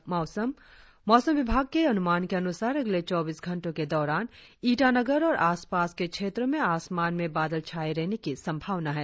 और अब मौसम मौसम विभाग के अनुमान के अनुसार अगले चौबीस घंटो के दौरान ईटानगर और आसपास के क्षेत्रो में आसमान में बादल छाये रहने की संभावना है